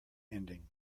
ending